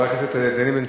חבר הכנסת דניאל בן-סימון,